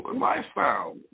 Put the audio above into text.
lifestyle